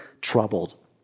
troubled